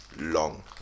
long